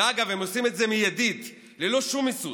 ואגב, הם עושים את מיידית, ללא שום היסוס,